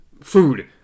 food